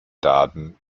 daten